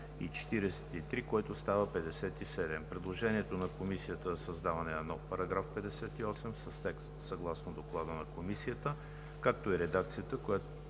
§ 43, който става § 57; предложението на Комисията за създаване на нов § 58 с текст съгласно Доклада на Комисията, както и редакцията,